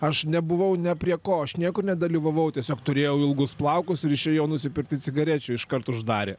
aš nebuvau ne prie ko aš niekur nedalyvavau tiesiog turėjau ilgus plaukus ir išėjau nusipirkti cigarečių iškart uždarė